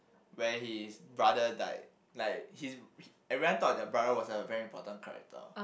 where his brother died like his everyone thought the brother was a very important character